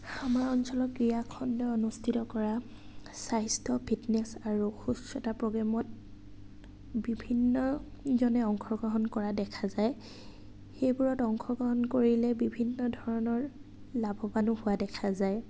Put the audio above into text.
আমাৰ অঞ্চলত ক্ৰীড়াখণ্ড অনুষ্ঠিত কৰা স্বাস্থ্য ফিটনেছ আৰু সুস্থতা প্ৰগ্ৰেমত বিভিন্নজনে অংশগ্ৰহণ কৰা দেখা যায় সেইবোৰত অংশগ্ৰহণ কৰিলে বিভিন্ন ধৰণৰ লাভৱানো হোৱা দেখা যায়